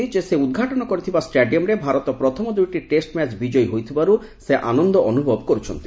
ଶ୍ରୀ କୋବିନ୍ଦ କହିଛନ୍ତି ସେ ଉଦ୍ଘାଟନ କରିଥିବା ଷ୍ଟାଡିୟମ୍ରେ ଭାରତ ପ୍ରଥମ ଦୁଇଟି ଟେଷ୍ଟ ମ୍ୟାଚ୍ ବିଜୟ ହୋଇଥିବାରୁ ସେ ଆନନ୍ଦ ଅନୁଭବ କରୁଛନ୍ତି